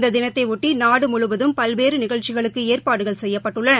இந்ததினத்தையொட்டிநாடுமுழுவதும் பல்வேறுநிகழ்ச்சிகளுக்குஏற்பாடுகள் செய்யப்பட்டுள்ளன